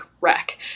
wreck